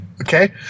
Okay